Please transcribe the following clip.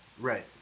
Right